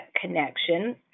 connection